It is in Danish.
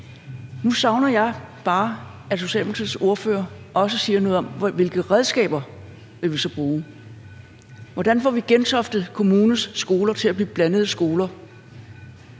Nu savner jeg bare, at Socialdemokratiets ordfører også siger noget om, hvilke redskaber man så vil bruge. Hvordan får vi Gentofte Kommunes skoler til at blive blandede skoler?